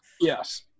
Yes